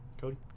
Cody